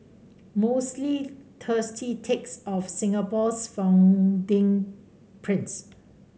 mostly thirsty takes of Singapore's founding prince